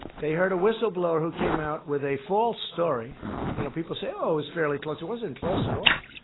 they heard a whistleblower who came out with a false story you know, people say, oh, it was always fairly close. it wasn't close at all.